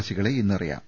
ശികളെ ഇന്നറിയാം